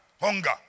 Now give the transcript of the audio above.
hunger